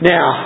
Now